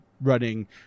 running